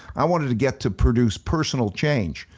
i wanted to get to produce personal change.